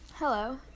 Hello